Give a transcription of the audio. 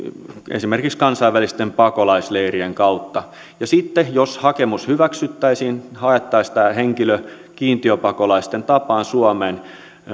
esimerkiksi kansainvälisten pakolaisleirien kautta sitten jos hakemus hyväksyttäisiin niin haettaisiin tämä henkilö kiintiöpakolaisten tapaan suomeen